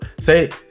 Say